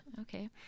Okay